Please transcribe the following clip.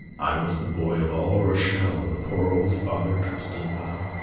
i was the boy of all rochelle the pure old father trusted well.